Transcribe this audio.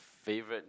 favourite